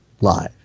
Live